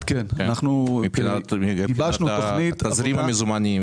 מבחינת תזרים המזומנים,